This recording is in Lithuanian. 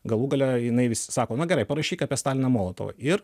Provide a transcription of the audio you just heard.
galų gale jinai vis sako na gerai parašyk apie staliną molotovą ir